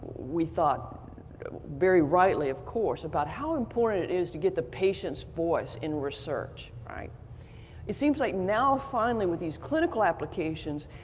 we thought very rightly of course about how important it is to get the patient's voice in research. it seems like now finally with these clinical applications,